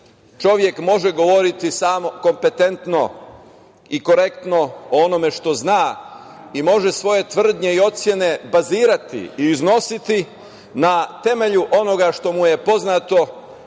čovek može govoriti samo kompetentno i korektno o onome što zna i može svoje tvrdnje i ocene bazirati i iznositi na temelju onoga što mu je poznato